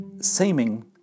seeming